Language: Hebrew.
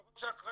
לא רוצה הקרנה,